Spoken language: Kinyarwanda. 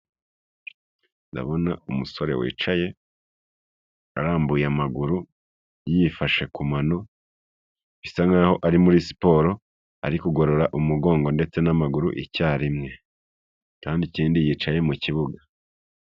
Ndabona umusore wicaye, arambuye amaguru, yifashe ku mano, bisa nkaho ari muri siporo ari kugorora umugongo ndetse n'amaguru icyarimwe, kandi ikindi yicaye mu kibuga.